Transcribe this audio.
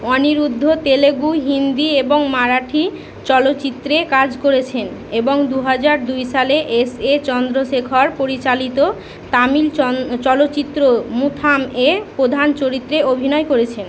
অনিরুদ্ধ তেলুগু হিন্দি এবং মারাঠি চলচ্চিত্রে কাজ করেছেন এবং দু হাজার দুই সালে এস এ চন্দ্রশেখর পরিচালিত তামিল চন চলচ্চিত্র মুঠাম এ প্রধান চরিত্রে অভিনয় করেছেন